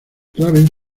raven